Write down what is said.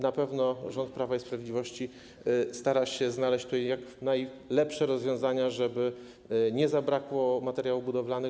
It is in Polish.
Na pewno rząd Prawa i Sprawiedliwości stara się znaleźć jak najlepsze rozwiązania, żeby nie zabrakło materiałów budowlanych.